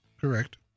correct